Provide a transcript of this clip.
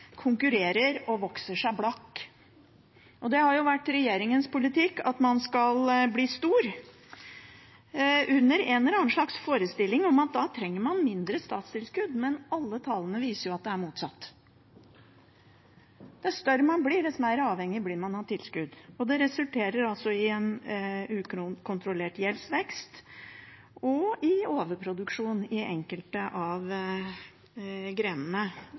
konkurrerer og vokser seg blakk. Og det har jo vært regjeringens politikk, at man skal bli stor, under en eller annen slags forestilling om at da trenger man mindre statstilskudd. Men alle tall viser at det er motsatt. Dess større man blir, dess mer avhengig blir man av tilskudd, og det resulterer i en ukontrollert gjeldsvekst og i overproduksjon i enkelte av grenene.